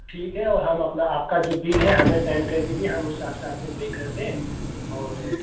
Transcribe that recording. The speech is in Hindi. ठीक है और हम अपना आपका जो बिल है हमें सेंड कर दीजिए हम उस हिसाब से आपको पे कर दें और